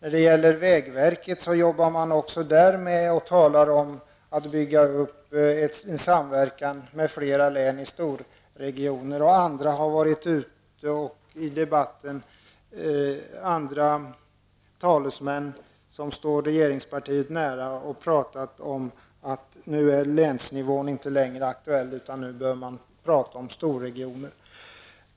Även inom vägverket arbetar man på att bygga upp en samverkan mellan flera län i storregioner. Andra talesmän som står regeringspartiet nära har framträtt i debatten och talat om att länsnivån inte längre är aktuell, utan att det nu handlar om storregioner.